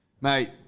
Mate